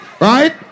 right